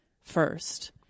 first